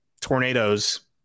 tornadoes